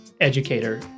educator